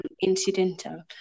incidental